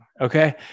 okay